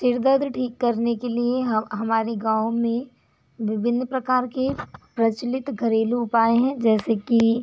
सिर दर्द ठीक करने के लिए हमारे गाँव में विभिन्न प्रकार के प्रचलित घरेलु उपाए हैं जैसे कि